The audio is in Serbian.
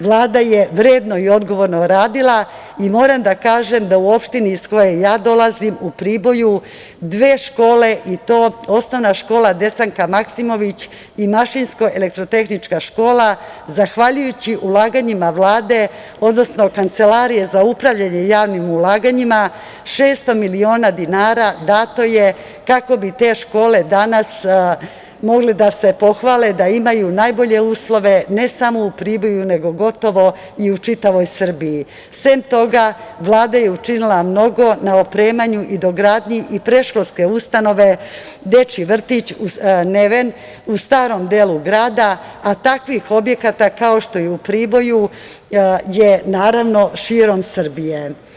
Vlada je vredno i odgovorno radila i moram da kažem da u opštini iz koje ja dolazim u Priboju, dve škole i to OŠ "Desanka Maksimović" i mašinsko elektrotehnička škola zahvaljujući ulaganjima Vlade, odnosno Kancelarije za upravljanje javnim ulaganjima, 600 miliona dinara dato je kako bi te škole danas mogle da se pohvale da imaju najbolje uslove ne samo u Priboju nego gotovo i u čitavoj Srbiji, sem toga Vlada je učinila mnogo na opremanju i dogradnji i predškolske ustanove, dečiji vrtić "Neven" u starom delu grada, a takvih objekata kao što je u Priboju je naravno širom Srbije.